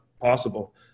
possible